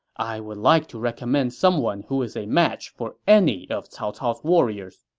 i would like to recommend someone who is a match for any of cao cao's warriors.